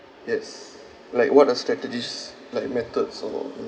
yes like what are strategies like methods or